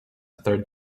third